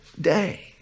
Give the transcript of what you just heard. day